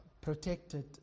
protected